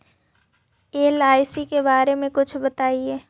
LIC के बारे मे कुछ बताई?